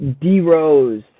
D-Rose